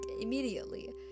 immediately